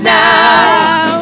now